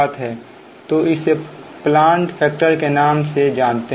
तो इसे plant factor के नाम से जानते हैं